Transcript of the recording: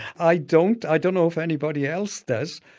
i don't. i don't know if anybody else does.